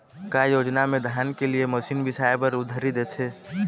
का योजना मे धान के लिए मशीन बिसाए बर उधारी देथे?